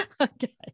Okay